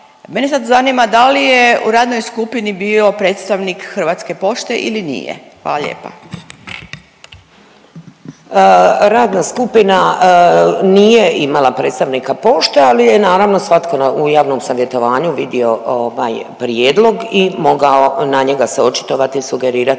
Mene sad zanima da li je u radnoj skupini bio predstavnik Hrvatske pošte ili nije? Hvala lijepa. **Šimundža-Nikolić, Vedrana** Radna skupina nije imala predstavnika Pošte, ali je naravno svatko u javnom savjetovanju vidio ovaj prijedlog i mogao se na njega očitovati, sugerirati